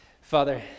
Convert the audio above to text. Father